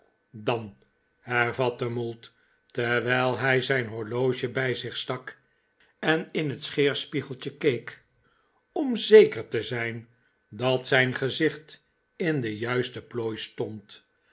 dan hervatte mould terwijl hij zijn horloge bij zich stak en in het scheerspiegeltje keek om zeker te zijn dat zijn gegezicht in de juiste plooi stond